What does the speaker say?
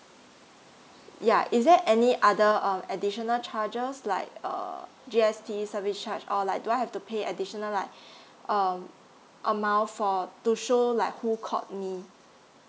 yeah is there any other um additional charges like uh G_S_T service charge or like do I have to pay additional like um a mile for to show like who caught me